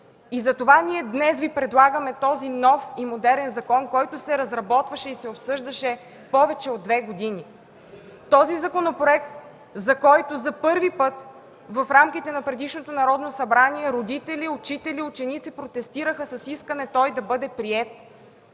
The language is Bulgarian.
И затова ние днес Ви предлагаме този нов и модерен закон, който се разработваше и обсъждаше повече от две години. Този законопроект, за който за първи път в рамките на предишното Народно събрание родители, учители, ученици протестираха с искане той да бъде приет.